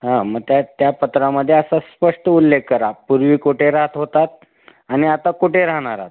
हां मग त्या त्या पत्रामध्ये असं स्पष्ट उल्लेख करा पूर्वी कोठे राहात होतात आणि आता कुठे राहाणार आहात